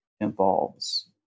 involves